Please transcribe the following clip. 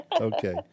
Okay